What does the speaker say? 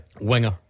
Winger